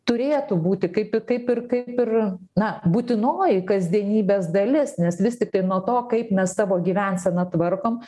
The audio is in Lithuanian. turėtų būti kaip ir kaip ir kaip ir na būtinoji kasdienybės dalis nes vis tiktai nuo to kaip mes savo gyvenseną tvarkom